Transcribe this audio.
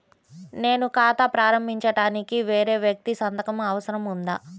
నేను ఖాతా ప్రారంభించటానికి వేరే వ్యక్తి సంతకం అవసరం ఉందా?